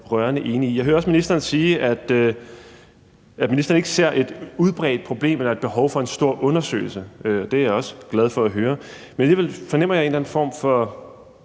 Jeg hører også ministeren sige, at ministeren ikke ser et udbredt problem eller et behov for en stor undersøgelse, og det er jeg også glad for at høre. Men alligevel fornemmer jeg en eller anden form for